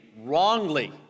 wrongly